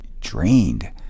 drained